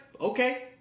okay